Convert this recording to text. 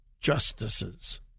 justices